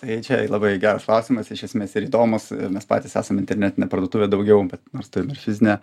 tai čia labai geras klausimas iš esmės ir įdomus mes patys esam internetinė parduotuvė daugiau bet nors turim ir fizinę